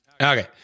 okay